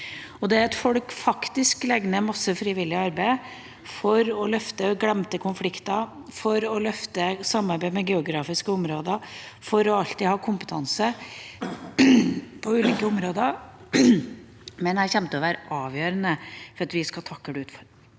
Det at folk faktisk legger ned masse frivillig arbeid for å løfte fram glemte konflikter, for å løfte samarbeid med geografiske områder og for alltid å ha kompetanse på ulike områder, mener jeg kommer til å være avgjørende for at vi skal takle